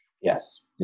Yes